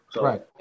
Right